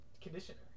conditioner